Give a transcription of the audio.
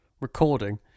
recording